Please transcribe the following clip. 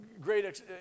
great